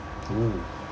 oo